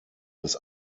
das